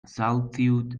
solitude